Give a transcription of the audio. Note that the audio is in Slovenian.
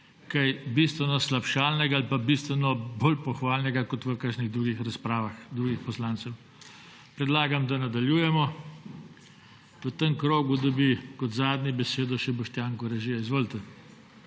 kaj bistveno slabšalnega ali pa bistveno bolj pohvalnega kot v kakšnih drugih razpravah drugih poslancev. Predlagam, da nadaljujemo. V tem krogu dobi kot zadnji besedo še Boštjan Koražija. Izvolite.